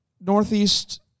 Northeast